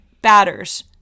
batters